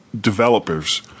developers